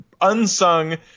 unsung